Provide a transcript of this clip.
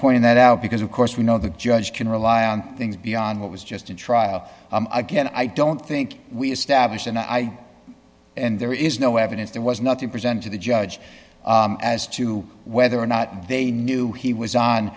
pointing that out because of course we know the judge can rely on things beyond what was just in trial again i don't think we established an i and there is no evidence there was nothing presented to the judge as to whether or not they knew he was on